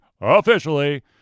officially